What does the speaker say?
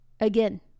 again